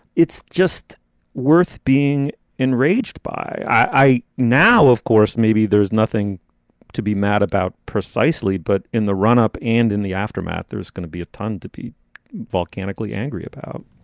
it's just worth being enraged by. i now, of course, maybe there is nothing to be mad about precisely. but in the run up and in the aftermath, there's going to be a ton to be volcanically angry about